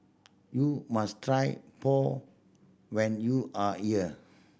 you must try pour when you are here